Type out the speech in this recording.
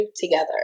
together